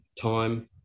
time